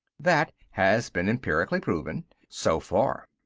that has been empirically proven. so far.